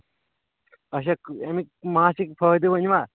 اچھا اَمِکۍ ماچھِکۍ فٲیدٕ ؤنۍوا